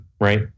right